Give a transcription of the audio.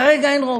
כרגע אין רוב.